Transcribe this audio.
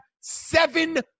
seven